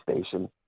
station